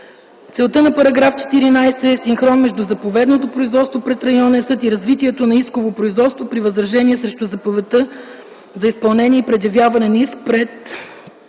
Целта на § 14 е синхрон между заповедното производство пред Районен съд и развитието на исково производство при възражение срещу заповедта за изпълнение и предявяването на иск пред